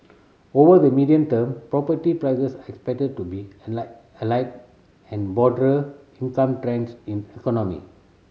over the medium term property prices are expected to be aligned and broader income trends in economy